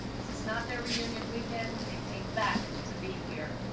this is not their reunion weekend, they came back to be here.